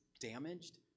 damaged